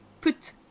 put